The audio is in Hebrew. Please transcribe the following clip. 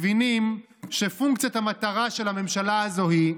מבינים שפונקציית המטרה של הממשלה הזו היא: